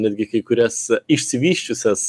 netgi kai kurias išsivysčiusias